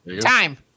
Time